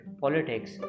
politics